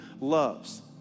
loves